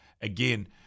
again